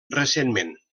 recentment